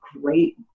great